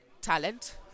Talent